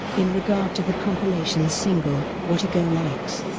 in regard to the compilation's single what a girl likes.